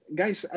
guys